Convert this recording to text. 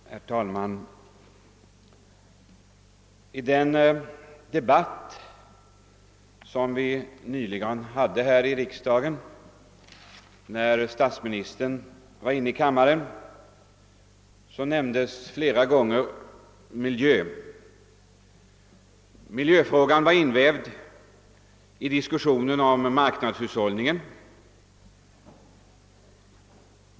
Herr talman! I den debatt som vi nyss hade när statsministern var inne i kammaren nämndes flera gånger miljöfrågan, som var invävd i diskussionen om marknadshushållningen.